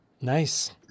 Nice